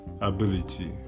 ability